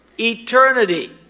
eternity